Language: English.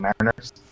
Mariners